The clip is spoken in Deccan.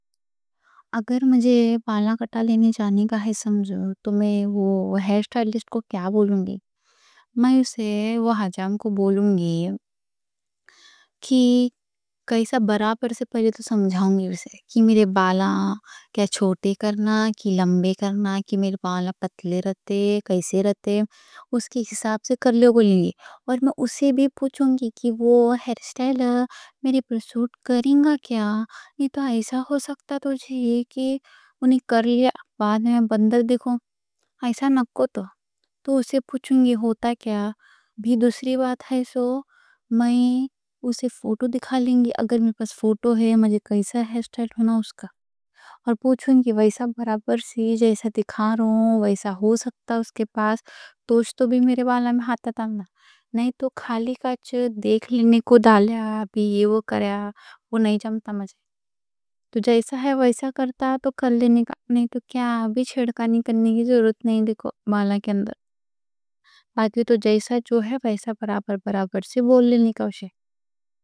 اگر مجھے بال کاٹ لینے کا ہے تو میں وہ ہیئر اسٹائلسٹ کوں کیا بولوں گی؟ میں اسے حجام کوں بولوں گی کہ کیسا برابر سے، پہلے تو سمجھاؤں گی اسے کہ میرے بال چھوٹے کرنا یا لمبے کرنا۔ کہ میرے بال پتلے رہتے، کیسے رہتے، اس کے حساب سے کر لے گا۔ اور میں اسے بھی پوچھوں گی کہ وہ ہیئر اسٹائلسٹ میری پرسوٹ کرے گا کیا۔ یہ تو ایسا ہو سکتا، توجہ یہ کہ انہیں کر لیا، بعد میں بندر دیکھوں، ایسا نہ کوں تو تو اسے پوچھوںگی ہوتا کیا۔ بھی دوسری بات ہے، میں اسے فوٹو دکھا لوں گی، اگر میرے پاس فوٹو ہے، مجھے کیسا ہے اسٹائلسٹ ہونا اس کا، اور پوچھوں گی: ویسا برابر سے جیسا دکھا رہوں، ویسا ہو سکتا۔ اس کے پاس توش تو بھی، میرے بال میں ہاتھا تھانگنا نہیں، تو کھالی کچھ دیکھ لینے کوں ڈالیا بھی یہ وہ کریا، تو جیسا ہے ویسا کرتا۔ تو کھالی لینے کا، نہیں تو کیا بھی چھڑکانی کرنے کی ضرورت نہیں، دیکھو بال کے اندر، باقی تو جیسا جو ہے، ویسا برابر برابر سے بول لینے کوں۔